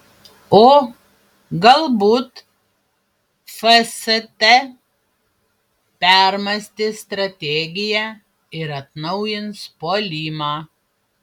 o galbūt fst permąstys strategiją ir atnaujins puolimą